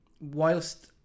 whilst